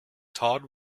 todd